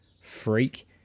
freak